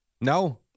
No